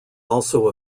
also